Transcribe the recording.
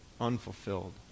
unfulfilled